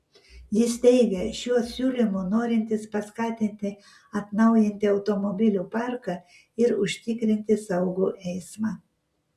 jis teigia šiuo siūlymu norintis paskatinti atnaujinti automobilių parką ir užtikrinti saugų eismą